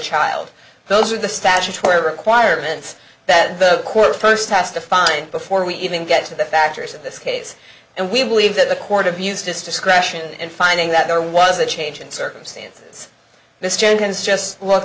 child those are the statutory requirements that the court first has to find before we even get to the factors of this case and we believe that the court abused discretion in finding that there was a change in circumstances this jenkins just